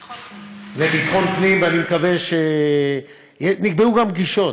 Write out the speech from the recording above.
לביטחון פנים, נקבעו גם פגישות,